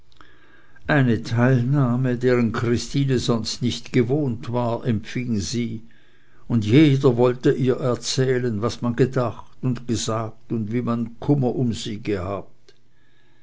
eine teilnahme deren christine sonst nicht gewohnt war empfing sie und jeder wollte ihr erzählen was man gedacht und gesagt und wie man kummer um sie gehabt